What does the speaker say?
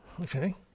Okay